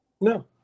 No